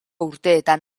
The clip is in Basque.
urteetan